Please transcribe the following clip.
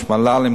שמללים,